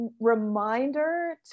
reminder